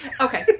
Okay